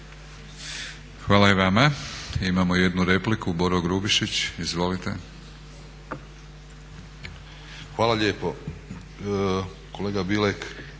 Hvala i vama. Imamo jednu repliku. Boro Grubišić, izvolite. **Grubišić, Boro